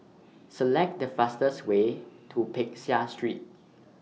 Select The fastest Way to Peck Seah Street